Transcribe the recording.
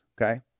Okay